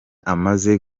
amaze